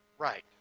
Right